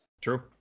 True